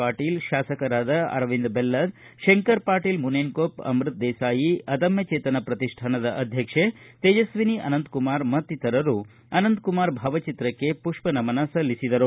ಪಾಟೀಲ್ ಶಾಸಕರಾದ ಅರವಿಂದ ಬೆಲ್ಲದ ಶಂಕರಪಾಟೀಲ್ ಮುನೇನಕೊಪ್ಪ ಅಮೃತ ದೇಸಾಯಿ ಆದ್ದಮಚೇತನ ಪ್ರತಿಷ್ಠಾನದ ಅಧ್ಯಕ್ಷೆ ತೇಜ್ವಿನಿ ಅನಂತಕುಮಾರ್ ಮತ್ತಿತರರು ಅನಂತಕುಮಾರ್ ಭಾವಚಿತ್ರಕ್ಷೆ ಮಪ್ಪನಮನ ಸಲ್ಲಿಸಿದರು